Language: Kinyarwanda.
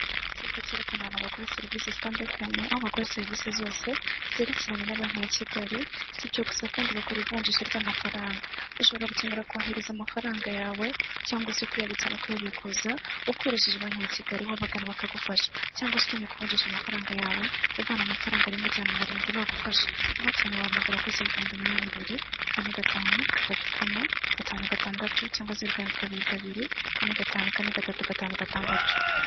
Icyapa cyerekana abantu bakoresha serivisi zitandukanye aho bakora serivisi zose zerekeranye na banki yakigali. Sibyo gusa kandi bakora ivunjisha ry'amafaranga. Ushobora gukenera kohohereza amafaranga yawe cyangwa se kuyabitsa no kuyabikuza ukoresheje banki ya kigali wabagana bakagufasha cyangwa se ukeneye kuvunjisha amafaranga yawe uvana mu ifaranga rimwe ujyana mu rindi bagufasha. Ubakeneye wahamagara kuri zeru karindwi imani ibiri, kane gatanu, gatatu kane gatanu gatandatu cyangwa zeru karindwi kabiribiri, kane gatanu, kane gatatu, gatanu gatandatu.